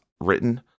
written